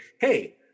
hey